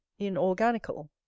inorganical